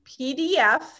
PDF